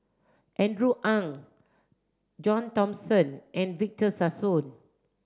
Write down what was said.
Andrew Ang John Thomson and Victor Sassoon